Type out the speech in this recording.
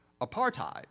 apartheid